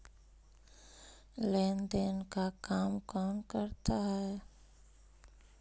लेन देन का काम कौन करता है?